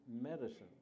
medicine